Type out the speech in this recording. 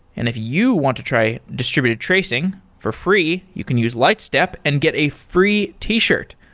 and if you want to try distributed tracing for free, you can use lightstep and get a free t-shirt.